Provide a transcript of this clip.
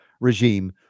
regime